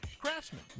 Craftsman